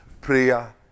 prayer